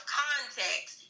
context